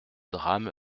drame